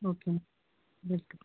okay welcome